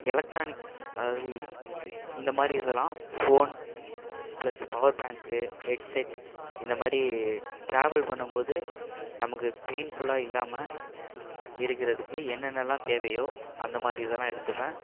electronics அதாவது இந்த மாதிரி இதெல்லாம் phone plus power bank headset இந்த மாதிரி ட்ராவல் பண்ணும்போது நமக்கு பெயின்ஃபுல்லாக இல்லாமல் இருக்கிறதுக்கு என்னென்னலாம் தேவையோ அந்த மாதிரி இதெல்லாம் எடுத்துப்பேன்